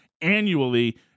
annually